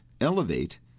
elevate